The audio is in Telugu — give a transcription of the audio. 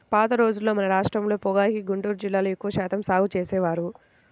పాత రోజుల్లో మన రాష్ట్రంలో పొగాకుని గుంటూరు జిల్లాలో ఎక్కువ శాతం సాగు చేసేవారు